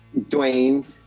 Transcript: Dwayne